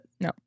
No